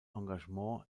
engagement